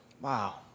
Wow